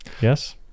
yes